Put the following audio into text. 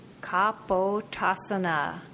Kapotasana